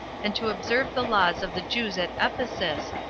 and to observe the laws of the jews at ephesus,